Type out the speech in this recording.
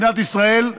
מדינת ישראל,